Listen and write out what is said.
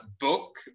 book